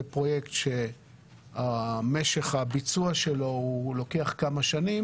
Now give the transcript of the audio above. זה פרויקט שמשך הביצוע שלו לוקח כמה שנים,